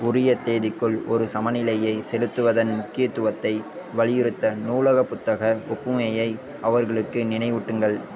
உரிய தேதிக்குள் ஒரு சமநிலையை செலுத்துவதன் முக்கியத்துவத்தை வலியுறுத்த நூலக புத்தக ஒப்புமையை அவர்களுக்கு நினைவூட்டுங்கள்